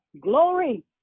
Glory